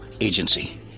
agency